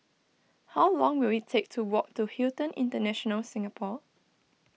how long will it take to walk to Hilton International Singapore